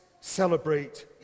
celebrate